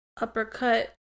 uppercut